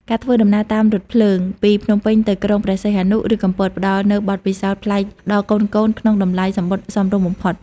ការធ្វើដំណើរតាមរថភ្លើងពីភ្នំពេញទៅក្រុងព្រះសីហនុ ឬកំពត ផ្តល់នូវបទពិសោធន៍ប្លែកដល់កូនៗក្នុងតម្លៃសំបុត្រសមរម្យបំផុត។